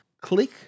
click